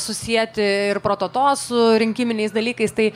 susieti ir prototo su rinkiminiais dalykais tai